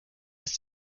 ist